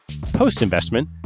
Post-investment